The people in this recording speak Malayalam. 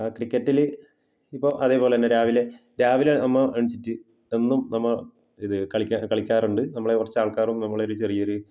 ആ ക്രിക്കറ്റിൽ ഇപ്പോൾ അതേ പോലെ തന്നെ രാവിലെ രാവിലെ നമ്മൾ എണീറ്റിട്ട് എന്നും നമ്മൾ ഇത് കളിക്കൽ കളിക്കാറുണ്ട് നമ്മളെ കുറച്ച് ആൾക്കാരും നമ്മളെ ഒരു ചെറിയ ഒരു